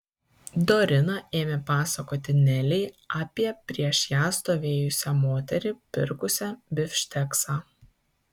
dorina ėmė pasakoti nelei apie prieš ją stovėjusią moterį pirkusią bifšteksą